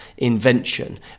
invention